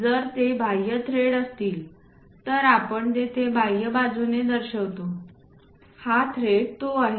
जर ते बाह्य थ्रेड्स असतील तर आपण ते बाह्य बाजूने दर्शवितो हा थ्रेड तो आहे